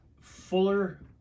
fuller